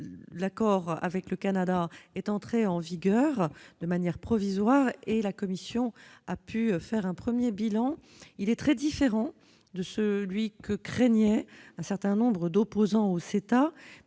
l'accord avec le Canada est entré en vigueur de manière provisoire et la Commission a pu faire un premier bilan. Il est très différent de celui que craignaient un certain nombre d'opposants au CETA.